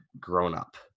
grown-up